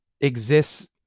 exists